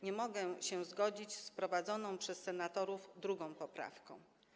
Nie mogę się zgodzić z wprowadzoną przez senatorów drugą poprawką.